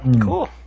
cool